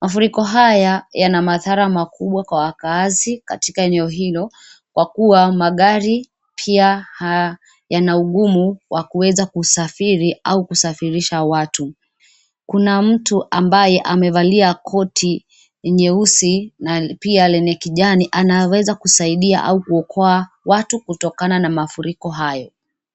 Mafuriko haya yana madhara makubwa kwa wakaazi katika eneo hilo, kwa kuwa magari, pia, ha, yana ugumu, wa kuweza kusafiri au kusafirisha watu. Kuna mtu ambaye amevalia koti, nyeusi na pia lenye kijani anaweza kusaidia au kuokoa, watu kutokana na mafuriko hayo.